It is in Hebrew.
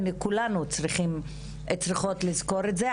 וכולנו צריכות לזכור את זה.